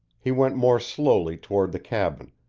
he went more slowly toward the cabin,